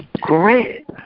Great